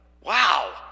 wow